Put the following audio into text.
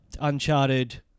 uncharted